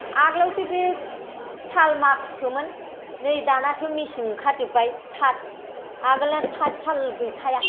आगोलावथ' बे साल माखुसोमोन नै दानासो मेसिन ओंखारजोब्बाय थाथ आगोलना थाथ साल गैखाया